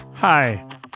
Hi